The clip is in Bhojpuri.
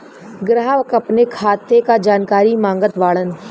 ग्राहक अपने खाते का जानकारी मागत बाणन?